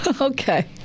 Okay